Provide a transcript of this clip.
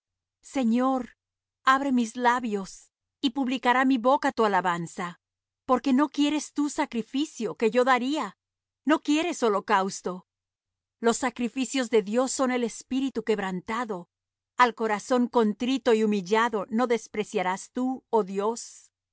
señor abre mis labios y publicará mi boca tu alabanza porque no quieres tú sacrificio que yo daría no quieres holocausto los sacrificios de dios son el espíritu quebrantado al corazón contrito y humillado no despreciarás tú oh dios haz